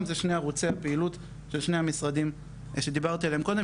זה שני ערוצי הפעילות של שני המשרדים שדיברתי עליהם קודם,